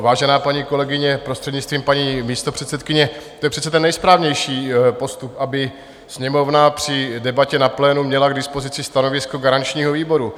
Vážená paní kolegyně prostřednictvím paní místopředsedkyně, to je přece ten nejsprávnější postup, aby Sněmovna při debatě na plénu měla k dispozici stanovisko garančního výboru.